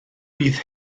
bydd